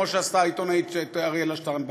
כמו שעשתה העיתונאית אריאלה שטרנבך.